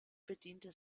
bediente